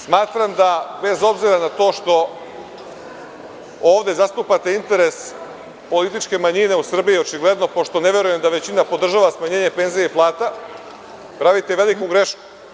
Smatram da, bez obzira na to što ovde zastupate interes političke manjine u Srbiji, očigledno, pošto ne verujem da većina podržava smanjenje penzija i plata, pravite veliku grešku.